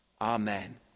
Amen